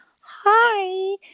hi